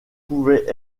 pouvait